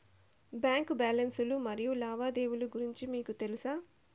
Bank balance లు మరియు లావాదేవీలు గురించి మీకు తెల్సా?